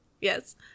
Yes